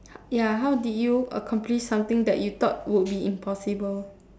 ya how did you accomplish something that you thought would be impossible